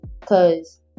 Cause